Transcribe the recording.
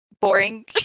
boring